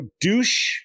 douche